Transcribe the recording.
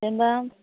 जेन'बा